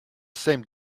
same